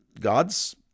God's